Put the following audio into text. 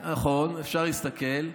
אפשר להסתכל.